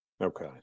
Okay